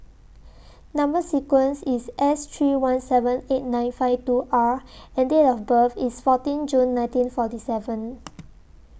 Number sequence IS S three one seven eight nine five two R and Date of birth IS fourteen June nineteen forty seven